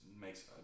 makes